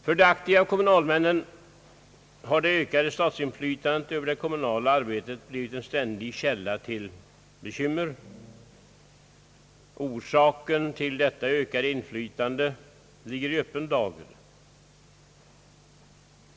För de aktiva kommunalmännen har det ökade statsinflytandet över det kommunala arbetet blivit en ständig källa till bekymmer. Orsaken till detta ökade inflytande ligger i öppen dager.